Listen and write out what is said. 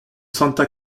santa